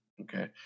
Okay